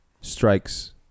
strikes